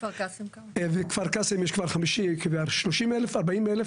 בכפר קאסם יש 40,000-30,000,